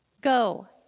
go